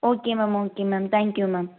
okay ma'am okay ma'am thank you ma'am